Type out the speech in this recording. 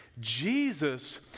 Jesus